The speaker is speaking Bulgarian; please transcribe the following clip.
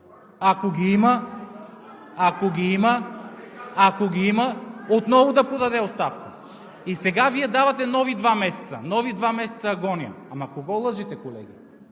реплики от ГЕРБ.) Ако ги има, отново да подаде оставка. Сега Вие давате нови два месеца – нови два месеца агония. Ама кого лъжете, колеги?